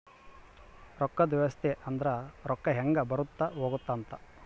ರೊಕ್ಕದ್ ವ್ಯವಸ್ತೆ ಅಂದ್ರ ರೊಕ್ಕ ಹೆಂಗ ಬರುತ್ತ ಹೋಗುತ್ತ ಅಂತ